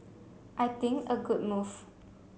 I think a good move